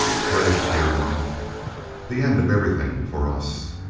gregg, dear one the end of everything for us.